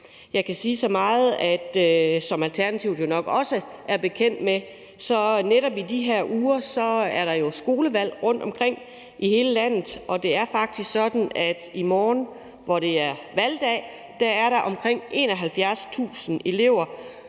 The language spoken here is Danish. Jeg kan sige så meget, som Alternativet jo nok også er bekendt med, at netop i de her uger er der også skolevalg rundtomkring i hele landet. Og det er faktisk sådan, at i morgen, hvor det er valgdag, er der omkring 71.000 elever,